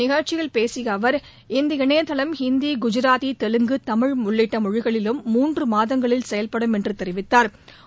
நிகழ்ச்சியில் பேசிய அவர் இந்த இணையதளம் ஹிந்தி குஜராத்தி தெலுங்கு தமிழ் உள்ளிட்ட மொழிகளிலும் மூன்று மாதங்களில் செயல்படும் என்று தெரிவித்தாா்